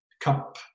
Cup